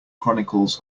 chronicles